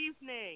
evening